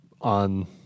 on